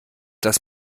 das